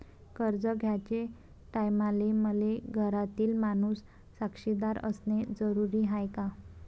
कर्ज घ्याचे टायमाले मले घरातील माणूस साक्षीदार असणे जरुरी हाय का?